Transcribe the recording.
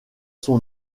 son